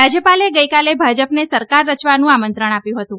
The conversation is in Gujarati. રાજ્યપાલે ગઇકાલે ભાજપને સરકાર રચવાનું આમંત્રણ આપ્યું હતું